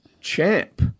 champ